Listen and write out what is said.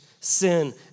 sin